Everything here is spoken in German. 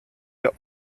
der